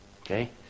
Okay